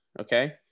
okay